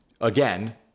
Again